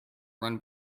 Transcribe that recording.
run